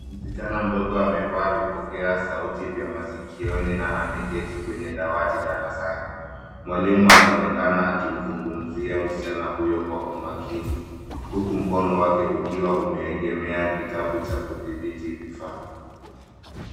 Msichana mdogo amevaa vipokea sauti vya masikioni na ameketi kwenye dawati darasani. Mwalimu anaonekana akimzungumzia huyo kwa umakini huku mkono wake ukiwa umeegemea kitabu cha kudhibiti vifaa.